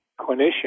clinician